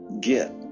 get